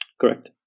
Correct